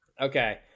okay